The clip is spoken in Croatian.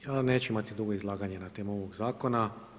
Ja vam neću imati dugo izlaganje na temu ovoga zakona.